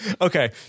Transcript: Okay